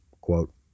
Quote